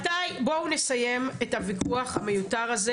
טוב, בואו נסיים את הוויכוח המיותר הזה.